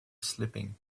sleeping